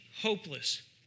hopeless